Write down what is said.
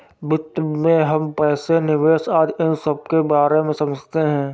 वित्त में हम पैसे, निवेश आदि इन सबके बारे में समझते हैं